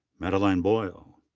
madeleine boyle.